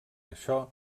això